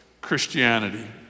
Christianity